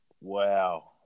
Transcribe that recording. Wow